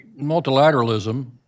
multilateralism